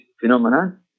phenomenon